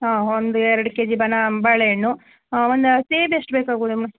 ಹಾಂ ಒಂದು ಎರಡು ಕೆಜಿ ಬನಾ ಬಾಳೆಹಣ್ಣು ಒಂದು ಸೇಬು ಎಷ್ಟು ಬೇಕಾಗ್ಬೋದು ಮೇಡಮ್